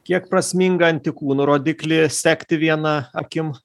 kiek prasminga antikūnų rodiklį sekti viena akim